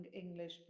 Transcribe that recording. English